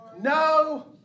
no